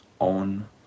on